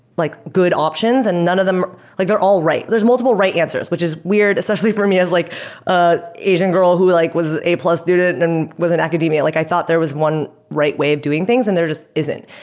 like good options and none of them like they're all right. there're multiple right answers, which is weird especially for me as like an asian girl who like was a plus student and and was an academia. like i thought there was one right way of doing things, and there just isn't.